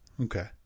Okay